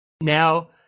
Now